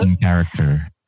character